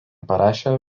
parašė